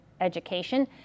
education